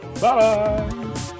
bye